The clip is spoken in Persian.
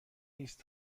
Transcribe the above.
نیست